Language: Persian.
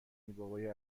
بابای